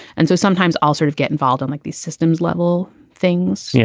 and so sometimes i'll sort of get involved on like these systems level things, yeah